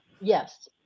Yes